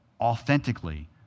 authentically